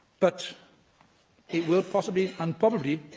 but it will possibly, and probably,